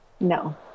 No